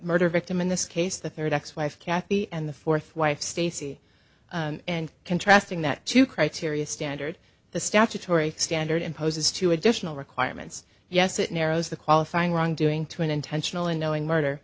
murder victim in this case the third ex wife kathy and the fourth wife stacy and contrasting that two criteria standard the statutory standard imposes two additional requirements yes it narrows the qualifying wrongdoing to an intentional and knowing murder